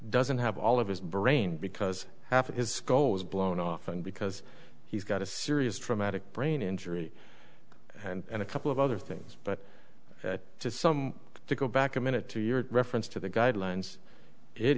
doesn't have all of his brain because half of his goal was blown off and because he's got a serious traumatic brain injury and a couple of other things but some to go back a minute to your reference to the guidelines it